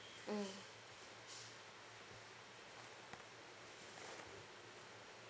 mm